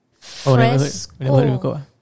Fresco